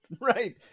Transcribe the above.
Right